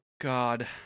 God